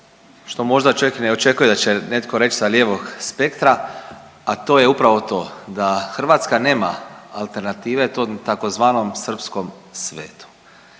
što možda čovjek ne očekuje da će netko reć sa lijevog spektra, a to je upravo to da Hrvatska nema alternative tom tzv. srpskom svetu.